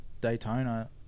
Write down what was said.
daytona